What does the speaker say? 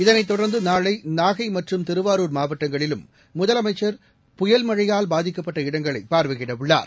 இதனைத் தொடர்ந்து நாளை நாகை மற்றும் திருவாரூர் மாவட்டங்களிலும் முதலமுச்சர் புயல் மழையால் பாதிக்கப்பட்ட இடங்களை பார்வையிட உள்ளார்